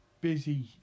busy